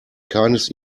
keines